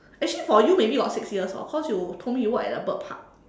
actually for you maybe got six year orh cause you told me you worked at the bird park